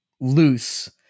loose